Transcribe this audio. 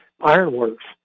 Ironworks